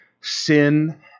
sin